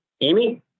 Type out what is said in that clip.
Amy